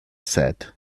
said